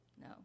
No